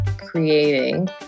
creating